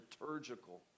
liturgical